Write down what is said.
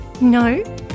No